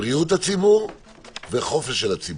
בריאות הציבור וחופש של הציבור.